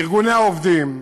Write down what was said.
ארגוני העובדים,